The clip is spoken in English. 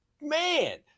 man